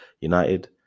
united